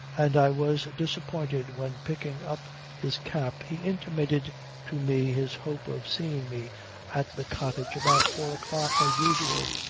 and i was disappointed when picking up his cap he intimated to me his hope of seeing me at the cottage about four o'clock as usual.